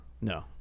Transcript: no